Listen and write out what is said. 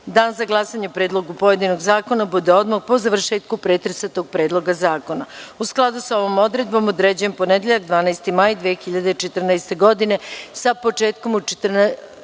dan za glasanje o predlogu pojedinog zakona bude odmah po završetku pretresa tog predloga zakona.U skladu sa ovom odredbom, određujem ponedeljak, 12. maj 2014. godine sa početkom u 14,31